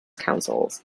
councils